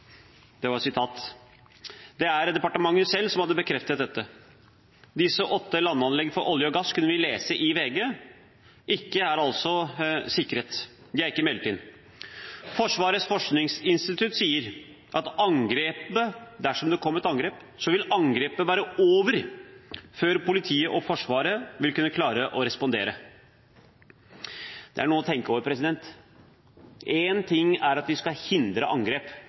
Det var departementet selv som hadde bekreftet dette. Disse åtte landanleggene for olje og gass kunne vi lese i VG at ikke var sikret, ikke meldt inn. Forsvarets forskningsinstitutt sier at dersom det kom et angrep, ville angrepet være over før politiet og Forsvaret ville kunne klare å respondere. Det er noe å tenke over. Én ting er at de skal hindre angrep,